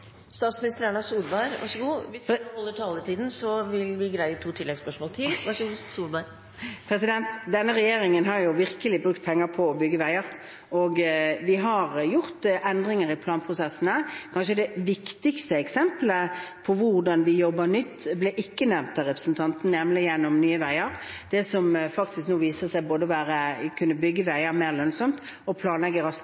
Denne regjeringen har virkelig brukt penger på å bygge veier. Vi har gjort endringer i planprosessene. Det kanskje viktigste eksemplet på hvordan vi jobber nytt, ble ikke nevnt av representanten, nemlig gjennom Nye Veier, som faktisk viser at man kan bygge veier mer lønnsomt, planlegge raskere og gjennomføre porteføljen fremover. Det er klart at når man får store kostnadssprekker, som det man har fått i dette prosjektet, vil det være